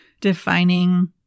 defining